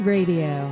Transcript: Radio